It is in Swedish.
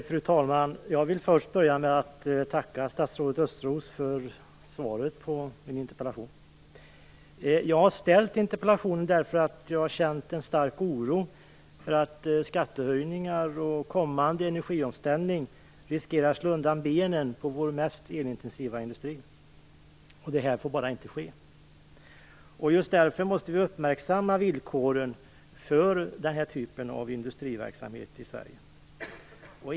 Fru talman! Jag vill börja med att tacka statsrådet Östros för svaret på min interpellation. Jag har ställt interpellationen därför att jag känt en stark oro för att skattehöjningar och kommande energiomställning riskerar att slå undan benen på vår mest elintensiva industri. Det här får bara inte ske. Just därför måste vi uppmärksamma villkoren för den här typen av industriverksamhet i Sverige.